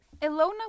Elona